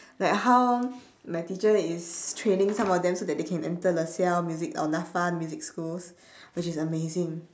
like how my teacher is training some of them so that they can enter lasalle music or NAFA music schools which is amazing